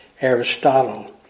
Aristotle